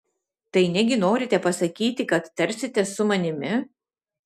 tai negi norite pasakyti kad tarsitės su manimi